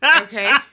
okay